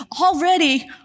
already